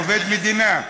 עובד מדינה.